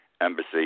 embassy